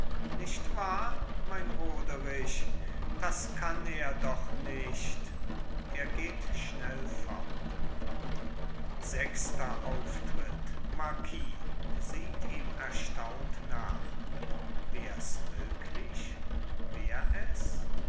nicht wahr mein roderich das kann er doch nicht er geht schnell fort sechster auftritt marquis sieht ihm erstaunt nach marquis wärs möglich wär es